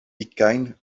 ugain